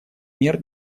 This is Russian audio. мер